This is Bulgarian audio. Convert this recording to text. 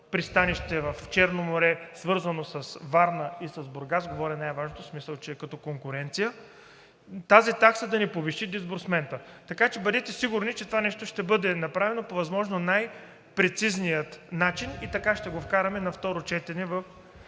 пристанище в Черно море, свързано с Варна и с Бургас – говоря „най-важното“, в смисъл като конкуренция, тази такса да не повиши дисбурсмента. Така че бъдете сигурни, че това нещо ще бъде направено по възможно най-прецизния начин и така ще го вкараме на второ четене в